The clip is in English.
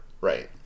Right